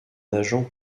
agent